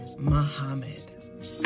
Muhammad